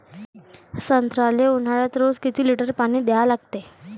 संत्र्याले ऊन्हाळ्यात रोज किती लीटर पानी द्या लागते?